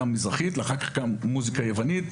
מזרחית ואחר כך עם מוזיקה יוונית,